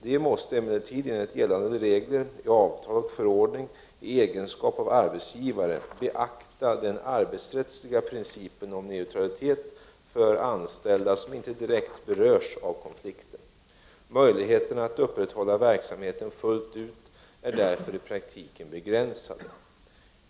De måste emellertid enligt gällande regler i avtal och förordning i egenskap av arbetsgivare beakta den arbetsrättsliga principen om neutralitet för anställda som inte direkt berörs av konflikten. Möjligheterna att upprätthålla verksamheten fullt ut är därför i praktiken begränsade.